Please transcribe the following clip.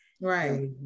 right